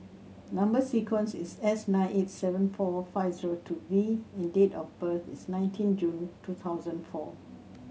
number sequence is S nine eight seven four five zero two V and date of birth is nineteen June two thousand and four